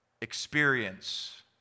experience